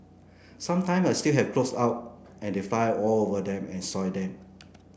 sometimes I still have clothes out and they fly all over them and soil them